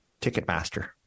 Ticketmaster